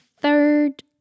third